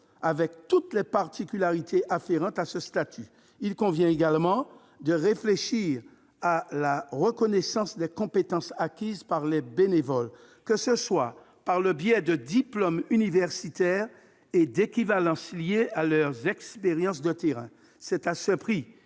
avec toutes les particularités qui y sont afférentes. Il convient également de réfléchir à la reconnaissance des compétences acquises par les bénévoles, que ce soit par le biais de diplômes universitaires ou d'équivalences liées à leurs expériences de terrain. C'est à ce prix